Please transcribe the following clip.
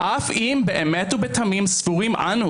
אף אם באמת ובתמים סבורים אנו,